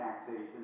taxation